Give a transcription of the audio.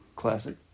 classic